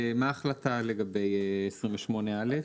מה ההחלטה לגבי 28(א)?